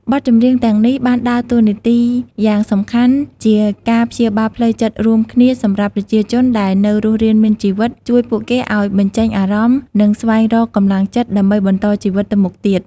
បទចម្រៀងទាំងនេះបានដើរតួនាទីយ៉ាងសំខាន់ជា ការព្យាបាលផ្លូវចិត្តរួមគ្នា សម្រាប់ប្រជាជនដែលនៅរស់រានមានជីវិត ជួយពួកគេឲ្យបញ្ចេញអារម្មណ៍ និងស្វែងរកកម្លាំងចិត្តដើម្បីបន្តជីវិតទៅមុខទៀត។